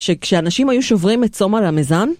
שכשאנשים היו שוברים את סומה למיזם